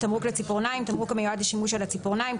"תמרוק לציפורניים" תמרוק המיועד לשימוש על הציפורניים,